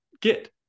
get